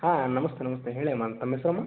ಹಾಂ ನಮಸ್ತೆ ನಮಸ್ತೆ ಹೇಳಿ ಅಮ್ಮ ತಮ್ಮ ಹೆಸರು ಅಮ್ಮ